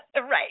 Right